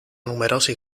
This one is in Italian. numerosi